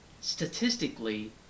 statistically